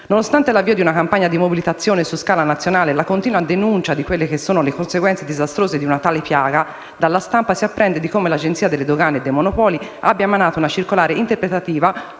Nonostante l'avvio di una campagna di mobilitazione su scala nazionale e la continua denuncia delle conseguenze disastrose di un tale piaga, dalla stampa si apprende di come l'Agenzia delle dogane e dei monopoli abbia emanato una circolare interpretativa